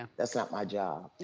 um that's not my job.